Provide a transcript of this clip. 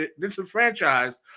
disenfranchised